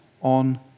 on